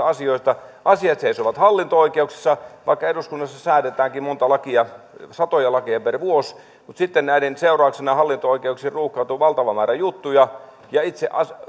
asioista asiat seisovat hallinto oikeuksissa vaikka eduskunnassa säädetäänkin satoja lakeja per vuosi niin sitten näiden seurauksena hallinto oikeuksiin ruuhkautuu valtava määrä juttuja ja itse